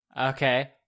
Okay